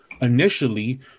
initially